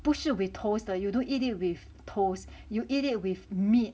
不是 with toast 的 you don't eat it with toast you eat it with meat